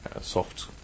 soft